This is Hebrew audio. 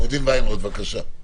עו"ד וינרוט, בבקשה.